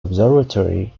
observatory